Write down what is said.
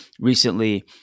recently